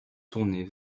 tournée